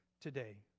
today